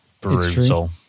brutal